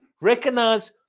Recognize